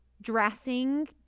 dressing